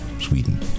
Sweden